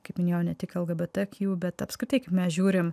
kaip minėjau ne tik lgbtq bet apskritai kaip mes žiūrim